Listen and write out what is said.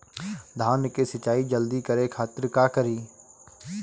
धान के सिंचाई जल्दी करे खातिर का करी?